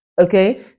Okay